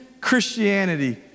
Christianity